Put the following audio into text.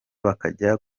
bakajya